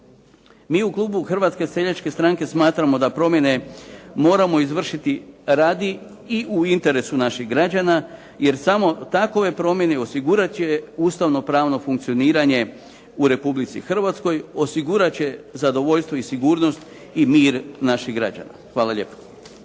Mi u klubu Hrvatske seljačke stranke smatramo da promjene moramo izvršiti radi i u interesu naših građana, jer samo takove promjene osigurat će ustavno-pravno funkcioniranje u Republici Hrvatskoj, osigurat će zadovoljstvo i sigurnost i mir naših građana. Hvala lijepo.